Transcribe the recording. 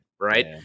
Right